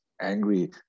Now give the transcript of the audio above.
angry